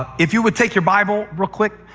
ah if you would take your bible real quick,